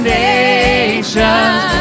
nations